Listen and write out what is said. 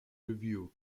review